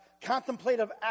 contemplative